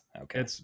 Okay